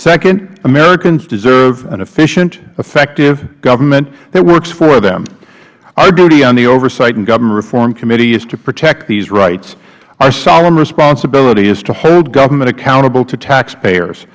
second americans deserve an efficient effective government that works for them our duty on the oversight and government reform committee is to protect these rights our solemn responsibility is to hold government accountable to taxpayers